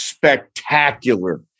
spectacular